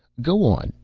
go on,